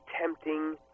tempting